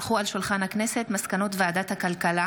הונחו על שולחן הכנסת מסקנות ועדת הכלכלה